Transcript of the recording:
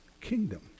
kingdom